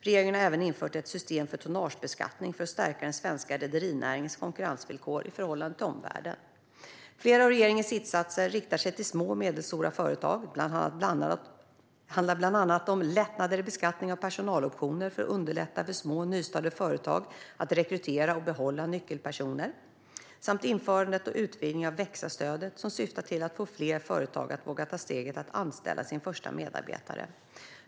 Regeringen har även infört ett system för tonnagebeskattning för att stärka den svenska rederinäringens konkurrensvillkor i förhållande till omvärlden. Flera av regeringens insatser riktar sig till små och medelstora företag. Det handlar bland annat om lättnader i beskattningen av personaloptioner för att underlätta för små och nystartade företag att rekrytera och behålla nyckelpersoner samt om införandet och utvidgningen av växa-stödet, som syftar till att få fler företag att våga ta steget att anställa sin första medarbetare.